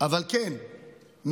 אבל כן,